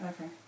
Okay